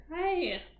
Hi